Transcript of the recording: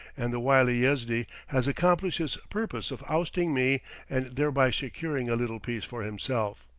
and the wily yezdi has accomplished his purpose of ousting me and thereby securing a little peace for himself.